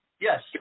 Yes